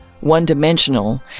One-dimensional